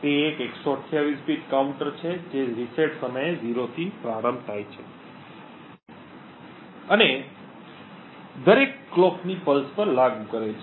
તે એક 128 bit counter છે જે રીસેટ સમયે 0 થી પ્રારંભ થાય છે અને દરેક ઘડિયાળની પલ્સ પર લાગુ કરે છે